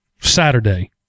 Saturday